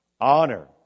Honor